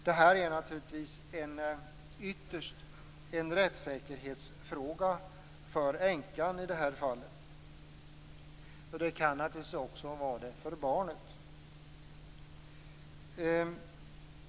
Det här är naturligtvis ytterst en rättssäkerhetsfråga för änkan, och det kan också vara det för barnet.